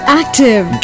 active